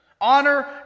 Honor